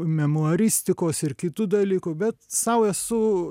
memuaristikos ir kitų dalykų bet sau esu